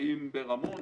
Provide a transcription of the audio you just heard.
האם ברמון?